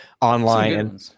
online